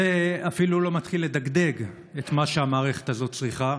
זה אפילו לא מתחיל לדגדג את מה שהמערכת הזו צריכה.